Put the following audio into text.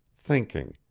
thinking,